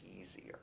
easier